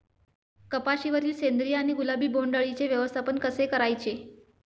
कपाशिवरील शेंदरी किंवा गुलाबी बोंडअळीचे व्यवस्थापन कसे करायचे?